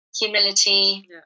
humility